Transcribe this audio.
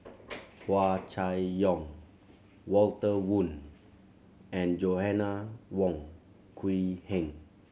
Hua Chai Yong Walter Woon and Joanna Wong Quee Heng